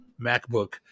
MacBook